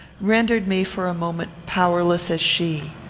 rendered me for a moment powerless as she.